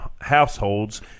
households